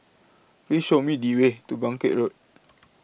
Please Show Me The Way to Bangkit Road